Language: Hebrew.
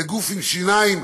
לגוף עם שיניים,